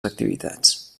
activitats